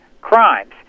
crimes